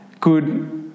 Good